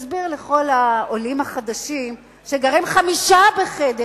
תסביר לכל העולים החדשים שגרים חמישה בחדר,